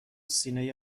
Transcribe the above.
سینه